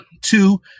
Two